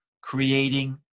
creating